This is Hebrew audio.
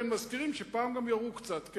כן, מזכירים שפעם גם ירו קצת.